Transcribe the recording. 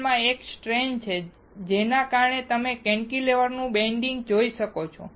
મટીરીઅલમાં એક સ્ટ્રેસ છે જેના કારણે તમે કેન્ટિલેવરનું બેન્ડીંગ જોઈ શકો છો